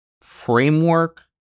framework